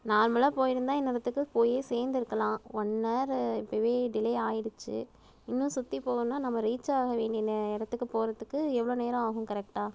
நார்மலாக போயிருந்தால் இந்நேரத்துக்கு போய் சேர்ந்துருக்கலாம் ஒன் ஹவரு இப்போ டிலே ஆகிடுச்சி இன்னும் சுற்றி போகண்ணா நம்ம ரீச் ஆக வேண்டிய நே இடத்துக்கு போகிறத்துக்கு எவ்வளோ நேரம் ஆகும் கரெக்டாக